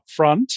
upfront